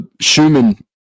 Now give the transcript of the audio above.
Schumann